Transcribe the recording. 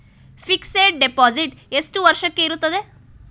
Fixed deposit ಎಷ್ಟು ವರ್ಷಕ್ಕೆ ಇರುತ್ತದೆ?